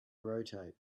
rotate